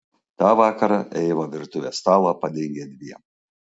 tą vakarą eiva virtuvės stalą padengė dviem